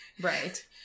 Right